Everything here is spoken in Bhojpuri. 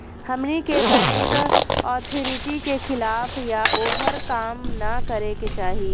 हमनी के बैंक अथॉरिटी के खिलाफ या ओभर काम न करे के चाही